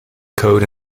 code